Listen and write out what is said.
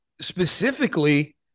specifically